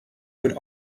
would